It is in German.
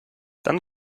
dann